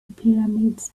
pyramids